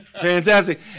Fantastic